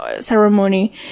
ceremony